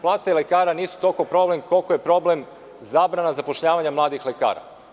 Plate lekara nisu toliko problem koliko je problem zabrana zapošljavanja mladih lekara.